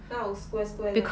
那种 square square 的